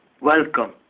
Welcome